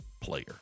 player